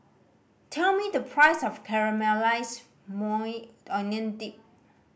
tell me the price of Caramelized Maui Onion Dip